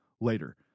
later